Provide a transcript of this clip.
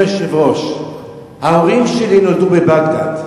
אדוני היושב-ראש, ההורים שלי נולדו בבגדד.